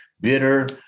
bitter